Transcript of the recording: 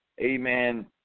Amen